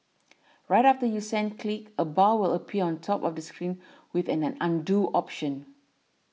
right after you send click a bar will appear on top of the screen with an an Undo option